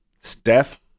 Steph